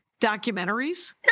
documentaries